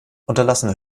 unterlassene